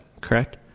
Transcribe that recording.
correct